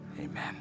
amen